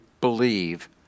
believe